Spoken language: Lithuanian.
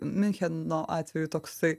miuncheno atveju toksai